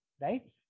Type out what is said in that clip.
right